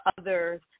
others